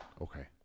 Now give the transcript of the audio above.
Okay